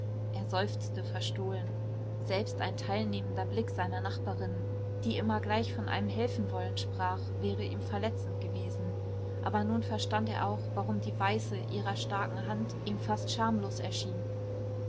er seufzte verstohlen selbst ein teilnehmender blick seiner nachbarin der immer gleich von einem helfenwollen sprach wäre ihm verletzend gewesen aber nun verstand er auch warum die weiße ihrer starken hand ihm fast schamlos erschien